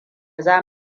za